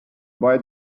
buy